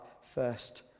first